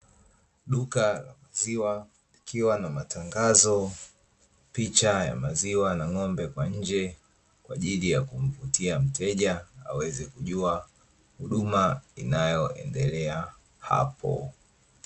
Duka la maziwa likiwa na matangazo, picha ya maziwa na ng'ombe kwa nje kwa ajili ya kumvutia mteja aweze kujua huduma inayoendelea hapo.